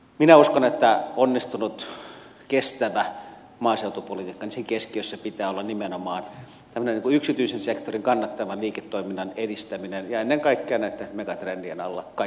minä uskon että onnistuneen kestävän maaseutupolitiikan keskiössä pitää olla nimenomaan tämmöinen yksityisen sektorin kannattavan liiketoiminnan edistäminen ja ennen kaikkea näitten megatrendien alla kaikkialla suomessa